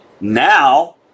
Now